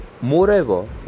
Moreover